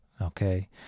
okay